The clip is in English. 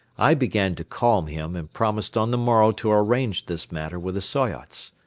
i began to calm him and promised on the morrow to arrange this matter with the soyots.